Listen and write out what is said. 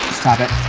stop it.